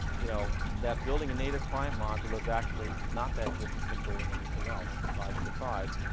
you know, that building a native client module is actually not that different from building anything else. surprise, surprise.